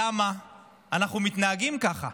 למה אנחנו מתנהגים ככה?